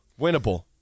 Winnable